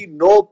no